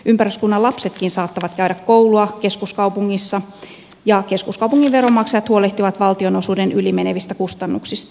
ympäryskunnan lapsetkin saattavat käydä koulua keskuskaupungissa ja keskuskaupungin veronmaksajat huolehtivat valtionosuuden ylimenevistä kustannuksista